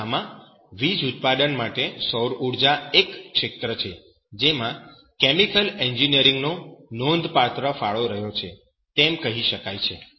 આ કિસ્સામાં વીજ ઉત્પાદન માટે સૌર ઉર્જા એક ક્ષેત્ર છે જેમાં કેમિકલ એન્જિનિયરિંગનો નોંધપાત્ર ફાળો રહ્યો છે તેમ કહી શકાય છે